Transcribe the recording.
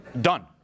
done